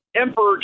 emperor